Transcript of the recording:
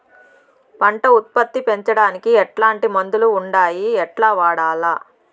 పంట ఉత్పత్తి పెంచడానికి ఎట్లాంటి మందులు ఉండాయి ఎట్లా వాడల్ల?